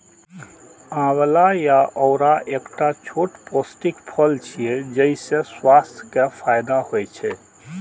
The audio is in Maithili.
आंवला या औरा एकटा छोट पौष्टिक फल छियै, जइसे स्वास्थ्य के फायदा होइ छै